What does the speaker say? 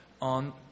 on